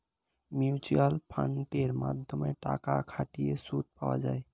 mutual ফান্ডের মাধ্যমে টাকা খাটিয়ে সুদ পাওয়া যায়